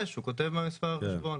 יש, הוא כותב מה מספר החשבון,